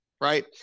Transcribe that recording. right